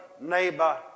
neighbor